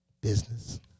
Business